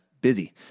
busy